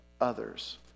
others